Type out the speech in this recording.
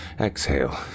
Exhale